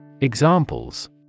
Examples